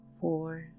Four